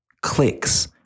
Clicks